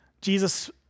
Jesus